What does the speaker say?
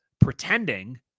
pretending